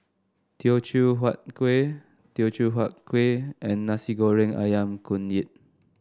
Teochew Huat Kueh Teochew Huat Kueh and Nasi Goreng ayam Kunyit